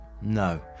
no